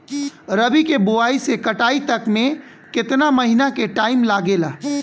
रबी के बोआइ से कटाई तक मे केतना महिना के टाइम लागेला?